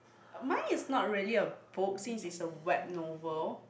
mine is not really a book since is a web novel